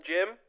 Jim